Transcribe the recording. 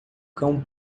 cão